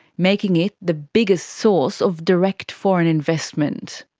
making it the biggest source of direct foreign investment.